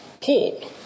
Paul